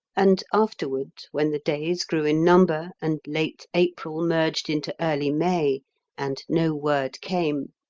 and afterward, when the days grew in number and late april merged into early may and no word came,